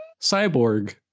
Cyborg